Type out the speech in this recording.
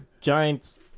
Giants